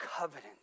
covenant